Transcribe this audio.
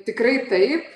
tikrai taip